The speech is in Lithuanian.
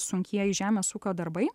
sunkieji žemės ūkio darbai